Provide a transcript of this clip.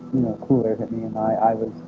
cool air hit me and i was